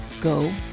go